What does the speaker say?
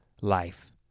Life